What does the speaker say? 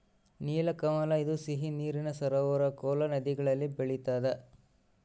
ನೀಲಕಮಲ ಇದು ಸಿಹಿ ನೀರಿನ ಸರೋವರ ಕೋಲಾ ನದಿಗಳಲ್ಲಿ ಬೆಳಿತಾದ